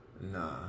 Nah